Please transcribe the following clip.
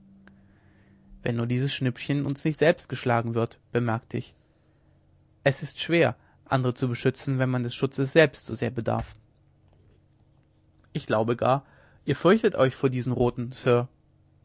wenn nur dieses schnippchen uns nicht selbst geschlagen wird bemerkte ich es ist schwer andere zu beschützen wenn man des schutzes selbst so sehr bedarf ich glaube gar ihr fürchtet euch vor diesen roten